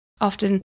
often